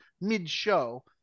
mid-show